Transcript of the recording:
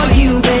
you